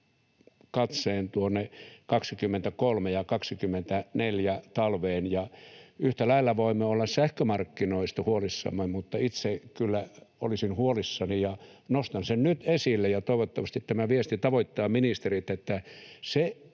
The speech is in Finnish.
katseen tuonne talveen 23 ja 24. Yhtä lailla voimme olla sähkömarkkinoista huolissamme, mutta itse kyllä olisin huolissani siitä ja nostan sen nyt esille ja toivottavasti tämä viesti tavoittaa ministerit, että se,